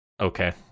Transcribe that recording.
Okay